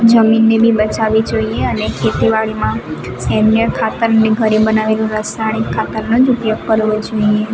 જમીનને બી બચાવવી જોઈએ અને ખેતીવાડીમાં સેંદ્રિય ખાતર ને ઘરે બનાવેલું રાસણિક ખાતરનો જ ઉપયોગ કરવો જોઈએ